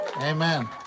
Amen